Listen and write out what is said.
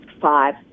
five